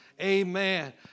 Amen